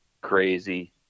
crazy